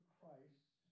Christ